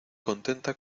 contenta